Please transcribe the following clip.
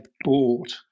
bought